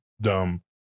dumb